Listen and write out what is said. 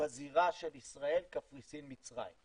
בזירה של ישראל, קפריסין ומצרים.